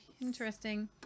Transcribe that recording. Interesting